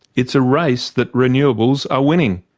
it's a race that renewables are winning,